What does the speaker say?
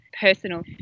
personal